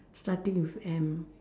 starting with M